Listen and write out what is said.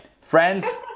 friends